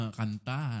kanta